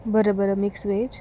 बरं बरं mix veg